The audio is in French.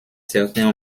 certains